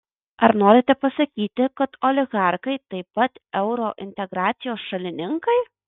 ar norite pasakyti kad oligarchai taip pat eurointegracijos šalininkai